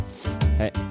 Hey